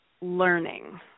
Learning